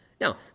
Now